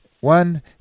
one